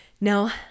now